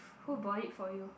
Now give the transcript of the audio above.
who bought it for you